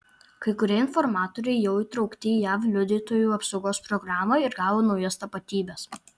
kai kurie informatoriai jau įtraukti į jav liudytojų apsaugos programą ir gavo naujas tapatybes